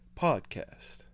Podcast